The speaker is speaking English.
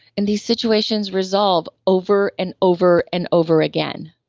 and these situations resolve over, and over, and over again.